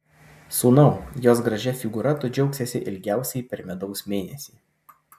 sūnau jos gražia figūra tu džiaugsiesi ilgiausiai per medaus mėnesį